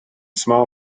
small